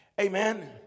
Amen